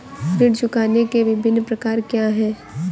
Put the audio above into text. ऋण चुकाने के विभिन्न प्रकार क्या हैं?